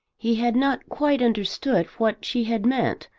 he had not quite understood what she had meant,